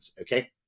Okay